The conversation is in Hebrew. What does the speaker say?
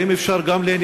הבקשה שלנו,